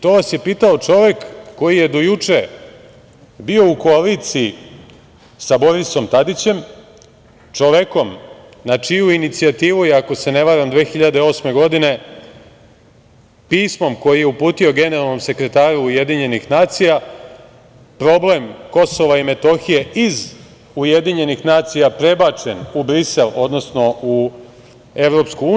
To vas je pitao čovek koji je do juče bio u koaliciji sa Borisom Tadićem, čovekom na čiju inicijativu je, ako se ne varam, 2008. godine pismom koje je uputio generalnom sekretaru UN problem Kosova i Metohije iz UN prebačen u Brisel, odnosno u EU.